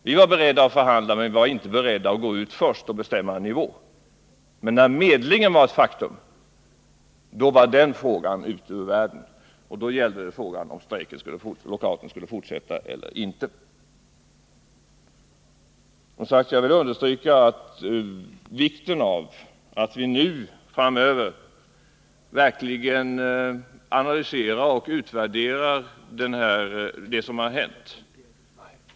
Vi var beredda att förhandla, men vi var inte beredda att gå ut först och bestämma en nivå. När däremot medlingen var ett faktum, då var den frågan ur världen. Då gällde frågan om lockouten skulle fortsätta eller inte. Jag vill som sagt understryka vikten av att vi nu verkligen analyserar och utvärderar det som har hänt.